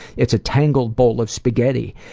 it's a tangled bowl of spaghetti,